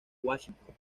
washington